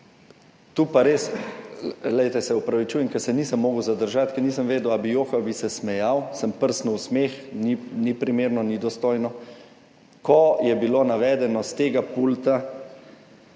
tu pa res, glejte, se opravičujem, ker se nisem mogel zadržati, ker nisem vedel, ali bi jokal ali bi se smejal, sem prsnil v smeh, ni primerno, ni dostojno, ko je bilo navedeno s tega pulta,